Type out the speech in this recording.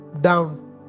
down